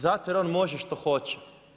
Zato jer on može što hoće.